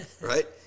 right